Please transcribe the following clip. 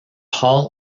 hall